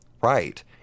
Right